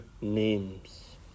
names